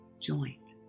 joint